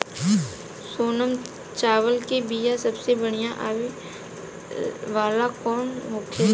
सोनम चावल के बीया सबसे बढ़िया वाला कौन होखेला?